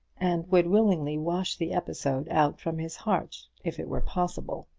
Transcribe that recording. and would willingly wash the episode out from his heart if it were possible.